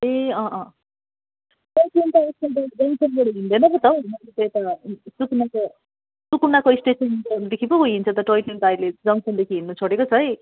ए अँ अँ टोयट्रेन त आजकल त जङ्सनबाट हिँड्दैन पो त हौ यता सुकुनाको सुकुनाको स्टेसनदेखि पो हिँड्छ त टोयट्रेन त अहिले जङ्सनदेखि हिँड्नु छोडेको छ है